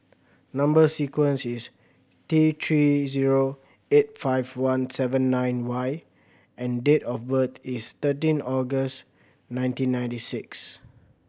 number sequence is T Three zero eight five one seven nine Y and date of birth is thirteen August nineteen ninety six